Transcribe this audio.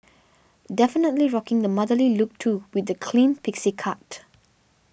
definitely rocking the motherly look too with that clean pixie cut